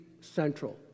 central